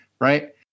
right